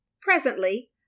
Presently